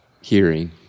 Hearing